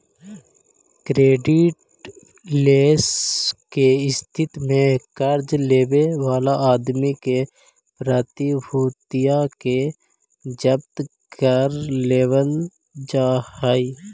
creditless के स्थिति में कर्ज लेवे वाला आदमी के प्रतिभूतिया के जब्त कर लेवल जा हई